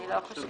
אני לא חושבת.